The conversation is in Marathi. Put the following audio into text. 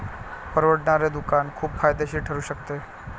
परवडणारे दुकान खूप फायदेशीर ठरू शकते